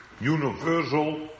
universal